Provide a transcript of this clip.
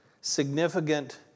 significant